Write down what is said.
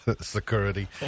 Security